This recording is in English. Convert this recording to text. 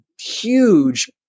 huge